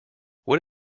what